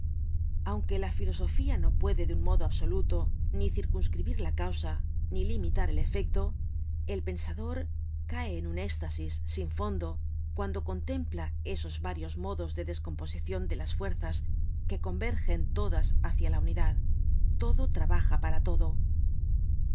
aunque la filosofía no puede de un modo absoluto ni circunscribir la causa ni limitar el efecto el pensador cae en un éstasis sin fondo cuando contempla esos varios modos de descomposicion de las fuerzas que convergen todas hácia la unidad todo trabaja para todo